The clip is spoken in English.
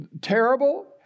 terrible